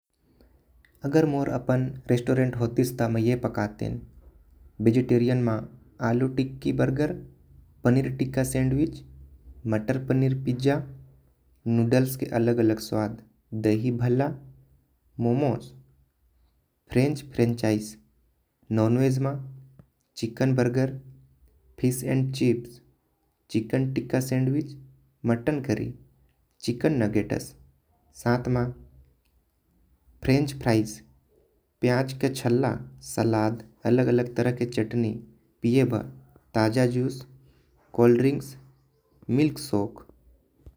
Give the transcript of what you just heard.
अगर मोर रेस्टोरेंट होतिश तो मे ए पाकतें वेजिटेरियन म। Aloo tikki, burger, paneer tikka, sandwich, matar paneer, pizza. Noodles के अलग अलग स्वाद dahi bhalla, momos, french franchise. Nonveg म chicken burger, fish and chips, chicken tikka, sandwich, mutton. Grey chicken nuggets सात म फ्रेंच फ्रेंचाइज प्याज का छल्ला सलाद। अलग अलग तरह के चटनी पिए बर ताजा जूस कोल्डिंक्स।